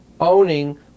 owning